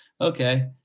Okay